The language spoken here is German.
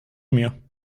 mir